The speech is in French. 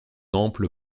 ample